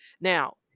Now